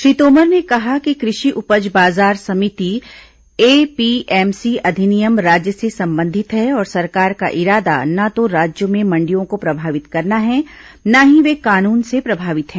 श्री तोमर ने कहा कि कृषि उपज बाजार समिति एपीएमसी अधिनियम राज्य से संबंधित है और सरकार का इरादा न तो राज्यों में मंडियों को प्रभावित करना है न ही वे कानून से प्रभावित हैं